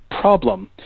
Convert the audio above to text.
problem